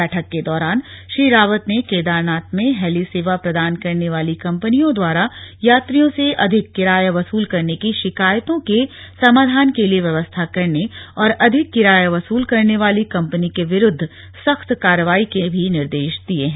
बैठक के दौरान श्री रावत ने केदारनाथ में हेली सेवा प्रदान करने वाली कम्पनियों द्वारा यात्रियों से अधिक किराया वसूल करने की शिकायतों के समाधान के लिए व्यवस्था करने और अधिक किराया वसूल करने वाली कंपनी के विरुद्ध सख्त कार्रवाई करने के भी निर्देश दिए हैं